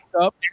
up